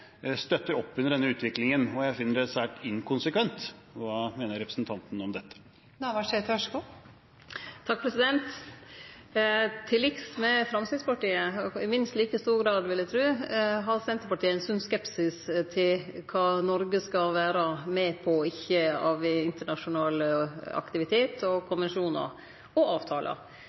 støtter opp under denne utviklingen, og jeg finner det svært inkonsekvent. Hva mener representanten om dette? Til liks med Framstegspartiet – og i minst like stor grad, vil eg tru – har Senterpartiet ein sunn skepsis til kva Noreg skal vere med på og ikkje av internasjonal aktivitet, konvensjonar og avtalar.